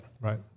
Right